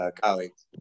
colleagues